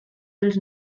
dels